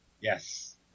Yes